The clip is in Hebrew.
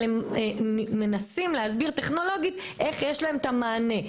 אבל הם מנסים להסביר טכנולוגית איך יש להם מענה.